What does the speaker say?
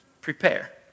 prepare